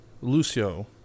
Lucio